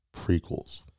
prequels